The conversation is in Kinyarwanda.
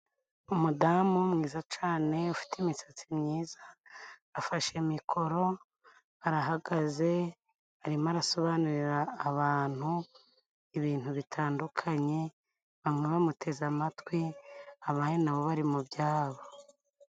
Umudamu mwiza cane ufite imisatsi myiza, afashe mikoro arahagaze arimo arasobanurira abantu ibintu bitandukanye. Bamwe bamuteze amatwi abandi na bo bari mu byabo.